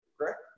correct